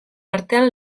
artean